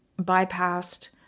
bypassed